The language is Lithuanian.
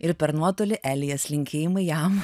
ir per nuotolį elijas linkėjimai jam